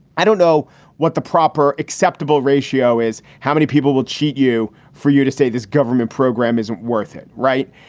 i don't know what the proper acceptable ratio is. how many people will cheat you? for you to say this government program isn't worth it. right.